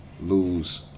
lose